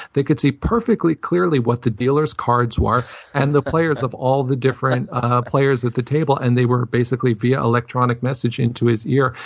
they could see perfectly clearly what the dealer's cards were and the players of all the different ah players at the table. and they were basically, via electronic messaging to his ear,